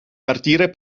partire